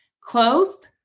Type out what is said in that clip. Closed